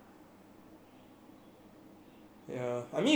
ya I mean can apply for mid term scholarship leh